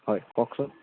হয় কওকচোন